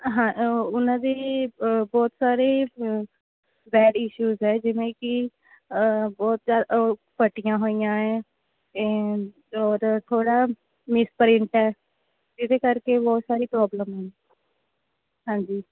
ਹਾਂ ਉਹਨਾਂ ਦੀ ਬਹੁਤ ਸਾਰੀ ਬੈਡ ਈਸ਼ੂਜ਼ ਹੈ ਜਿਵੇਂ ਕਿ ਬਹੁਤ ਜ਼ਿਆਦਾ ਉਹ ਫਟੀਆ ਹੋਈਆ ਹੈ ਅਤੇ ਔਰ ਥੋੜ੍ਹਾ ਮਿਸ ਪ੍ਰਿੰਟ ਹੈ ਜਿਹਦੇ ਕਰਕੇ ਬਹੁਤ ਸਾਰੀ ਪ੍ਰੋਬਲਮ ਨੇ ਹਾਂਜੀ